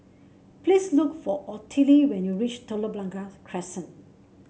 please look for Ottilie when you reach Telok Blangah Crescent